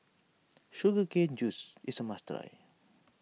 Sugar Cane Juice is a must try